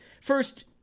first